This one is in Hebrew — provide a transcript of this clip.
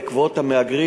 בעקבות המהגרים,